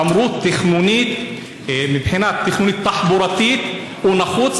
ואמרו שמבחינה תכנונית תחבורתית הוא נחוץ,